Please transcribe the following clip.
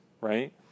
right